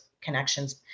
connections